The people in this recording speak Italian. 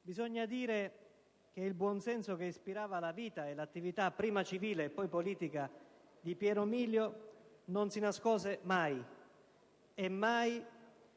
bisogna dire che il buon senso che ispirava la vita e l'attività, prima civile e poi politica, di Piero Milio non si nascose mai e mai fu travolto dal